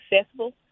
accessible